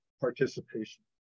participation